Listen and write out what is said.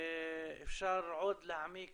ואפשר עוד להעמיק